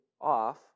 off